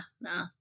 nah